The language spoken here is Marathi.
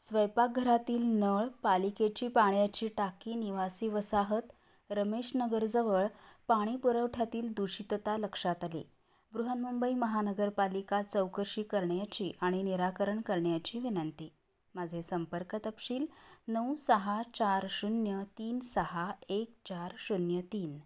स्वयंपाकघरातील नळ पालिकेची पाण्याची टाकी निवासी वसाहत रमेशनगरजवळ पाणीपुरवठ्यातील दूषितता लक्षात आली बृहन्मुंबई महानगरपालिका चौकशी करण्याची आणि निराकरण करण्याची विनंती माझे संपर्क तपशील नऊ सहा चार शून्य तीन सहा एक चार शून्य तीन